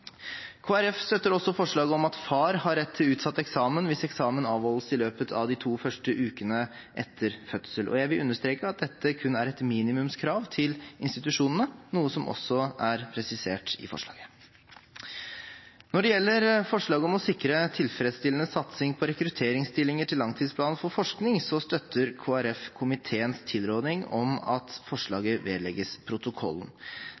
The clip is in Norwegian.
Folkeparti støtter også forslaget om at far har rett til utsatt eksamen hvis eksamen avholdes i løpet av de to første ukene etter fødsel. Jeg vil understreke at dette kun er et minimumskrav til institusjonene, noe som også er presisert i forslaget. Når det gjelder forslaget om å sikre tilfredsstillende satsing på rekrutteringsstillinger til langtidsplanen for forskning, støtter Kristelig Folkeparti komiteens tilråding om at forslaget vedlegges protokollen.